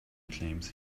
claims